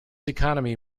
economy